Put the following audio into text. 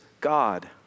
God